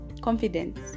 confidence